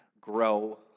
grow